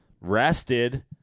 rested